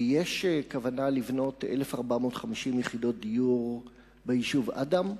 כי יש כוונה לבנות 1,450 יחידות דיור ביישוב אדם,